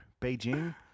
Beijing